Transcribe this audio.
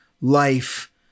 life